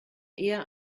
eher